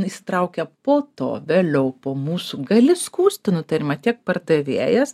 įsitraukia po to vėliau po mūsų gali skųsti nutarimą tiek pardavėjas